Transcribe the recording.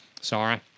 Sorry